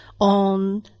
on